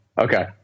Okay